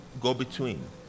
go-between